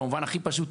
במובן הכי פשוט,